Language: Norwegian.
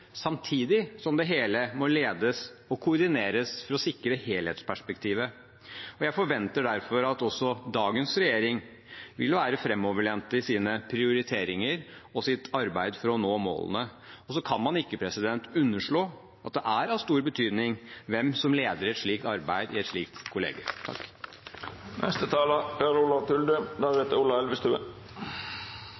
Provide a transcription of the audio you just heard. samtidig som det hele må ledes og koordineres for å sikre helhetsperspektivet. Jeg forventer derfor at også dagens regjering vil være framoverlent i sine prioriteringer og sitt arbeid for å nå målene. Så kan man ikke underslå at det er av stor betydning hvem som leder et slikt arbeid i et slikt